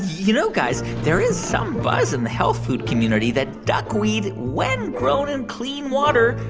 you know, guys, there is some buzz in the health food community that duckweed, when grown in clean water,